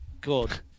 good